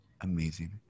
Amazing